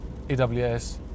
AWS